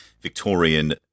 Victorian